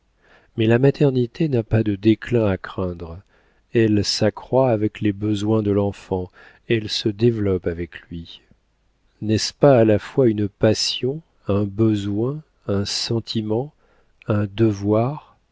mais la maternité n'a pas de déclin à craindre elle s'accroît avec les besoins de l'enfant elle se développe avec lui n'est-ce pas à la fois une passion un besoin un sentiment un devoir